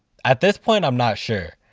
at this point, i'm not sure.